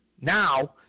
Now